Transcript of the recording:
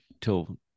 till